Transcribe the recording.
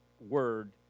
word